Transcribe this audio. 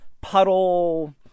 puddle